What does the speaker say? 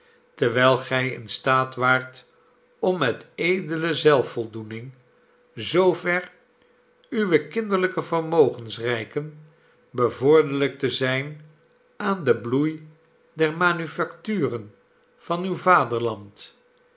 terwijl gij in staat waart om met edele zelfvoldoening zoover uwe kinderlijke vermogens reiken bevorderlijk te zijn aan den bloei der manufacturen van uw vaderland